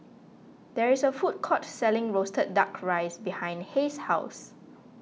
there is a food court selling Roasted Duck Rice behind Hays' house